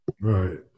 right